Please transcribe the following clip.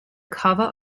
cover